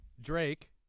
Drake